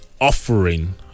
offering